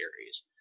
series